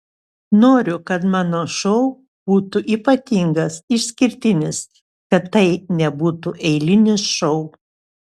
noriu kad mano šou būtų ypatingas išskirtinis kad tai nebūtų eilinis šou